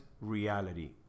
reality